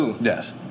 yes